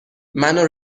منو